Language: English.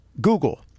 Google